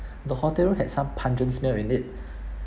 the hotel room had some pungent smell in it